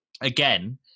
again